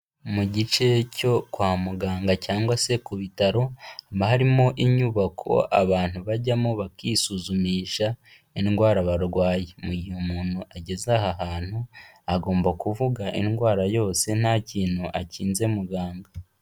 Mu gice cyo kwa muganga cyangwa se ku bitaro, haba harimo inyubako abantu bajyamo bakisuzumisha indwara barwaye. Mu gihe umuntu ageze aha hantu, agomba kuvuga indwara yose nta kintu akinze muganga.